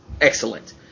Excellent